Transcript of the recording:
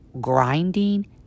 grinding